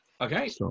Okay